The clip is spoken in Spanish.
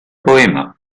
poema